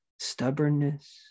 stubbornness